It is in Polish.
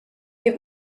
nie